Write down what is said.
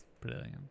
Brilliant